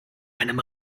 einem